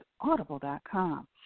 Audible.com